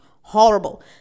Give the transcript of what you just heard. horrible